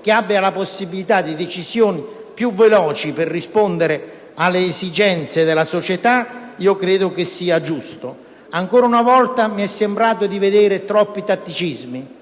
che abbia la possibilità di decisioni più veloci per rispondere alle esigenze della società, credo sia giusto. Ancora una volta, mi è sembrato di vedere troppi tatticismi